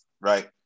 right